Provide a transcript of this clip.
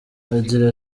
agira